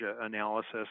analysis